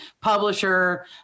publisher